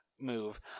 move